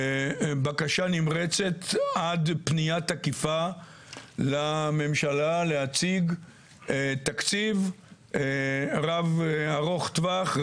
בקשה נמרצת עד פנייה תקיפה לממשלה להציג תקציב ארוך טווח,